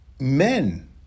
Men